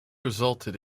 resulted